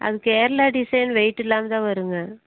அது Kerala design weight இல்லாமல் தான் வருங்க